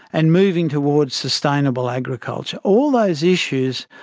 and moving towards sustainable agriculture. all those issues,